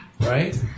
Right